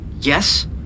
Yes